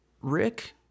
Rick